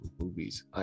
movies